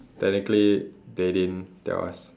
technically they didn't tell us